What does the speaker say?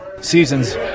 seasons